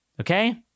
Okay